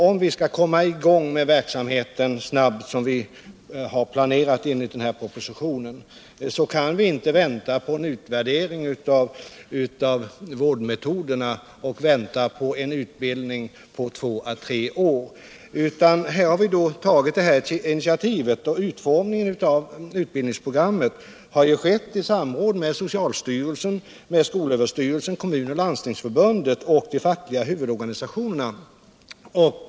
Om vi skall komma i gång med verksamheten så snart som vi har planerat enligt propositionen, kan vi inte vänta på en utvärdering av vårdmetoderna eller på — Nr 160 en utbildning på två å tre år. Vi har tagit det här initiativet, och utformningen Torsdagen den av utbildningsprogrammet har skett i samråd med socialstyrelsen, skolöver 1 juni 1978 styrelsen, Kommunförbundet, Landstingsförbundet och de fackliga huvudorganisationerna.